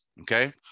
Okay